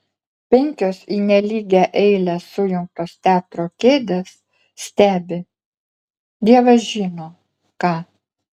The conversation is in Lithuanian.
penkios į nelygią eilę sujungtos teatro kėdės stebi dievas žino ką